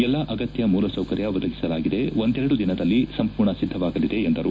ಎಲ್ಲಾ ಅಗತ್ಯ ಮೂಲ ಸೌಕರ್ಯ ಒದಗಿಸಲಾಗಿದೆ ಒಂದೆರೆಡು ದಿನದಲ್ಲಿ ಸಂಪೂರ್ಣ ಸಿದ್ಧವಾಗಲಿದೆ ಎಂದರು